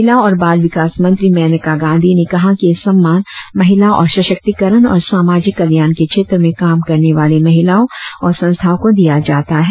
महिला और बाल विकास मंत्री मेनका गांधी ने कहा है कि यह सम्मान महिला और सशक्तिकरण और सामाजिक कल्याण के क्षेत्र में काम करने वाली महिलाओं और संस्थाओं को दिया जाता है